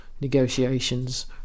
negotiations